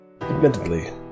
Admittedly